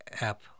app